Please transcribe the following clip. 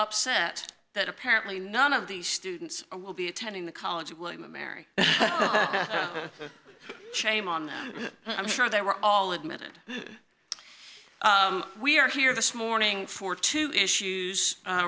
upset that apparently none of these students will be attending the college of william and mary cheney on i'm sure they were all admitted we are here this morning for two issues